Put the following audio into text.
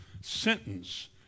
sentence